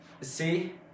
See